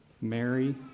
Mary